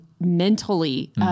mentally